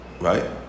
right